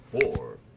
Four